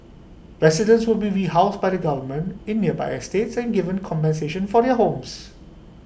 residents will be rehoused by the government in nearby estates and given compensation for their homes